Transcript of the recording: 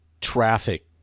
traffic